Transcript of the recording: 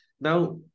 Now